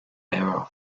era